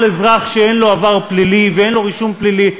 אזרח שאין לו עבר פלילי ואין לו רישום פלילי,